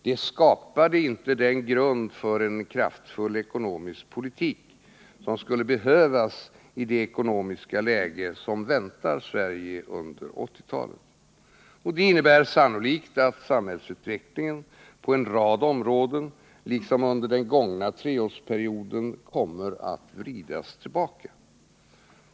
Det skapade inte den grund för en kraftfull ekonomisk politik som skulle behövas i det ekonomiska läge som väntar Sverige under 1980-talet. Det innebär sannolikt att samhällsutvecklingen på en rad områden, liksom under den gångna treårsperioden, kommer att vridas tillbaka.